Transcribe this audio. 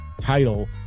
title